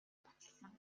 баталсан